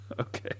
Okay